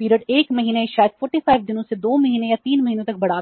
बिक्री 1 महीने या शायद 45 दिनों से 2 महीने या 3 महीने तक बढ़ाता है